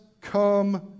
come